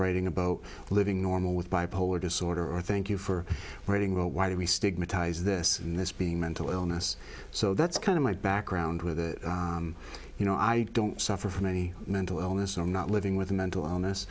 writing about living normal with bipolar disorder or thank you for writing about why do we stigmatize this and this being mental illness so that's kind of my background with the you know i don't suffer from any mental illness i'm not living with a mental illness